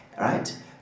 right